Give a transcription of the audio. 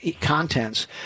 contents